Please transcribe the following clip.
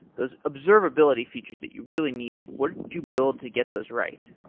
those observability features that you really needed? what did you build to get those right?